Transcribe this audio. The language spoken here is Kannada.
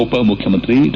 ಉಪ ಮುಖ್ಯಮಂತ್ರಿ ಡಾ